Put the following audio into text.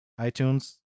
iTunes